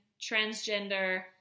transgender